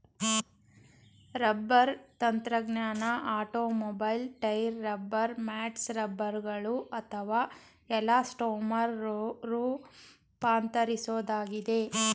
rubber ತಂತ್ರಜ್ಞಾನ automobile tyre rubber mats ರಬ್ಬರ್ಗಳು ಅಥವಾ ಎಲಾಸ್ಟೊಮರ್ ರೂಪಾಂತರಿಸೋದಾಗಿದೆ